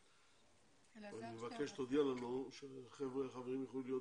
אני מבקש שתודיע לנו שהחברים יוכלו להיות